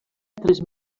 tres